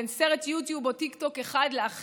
בין סרט יוטיוב או טיקטוק אחד לאחר,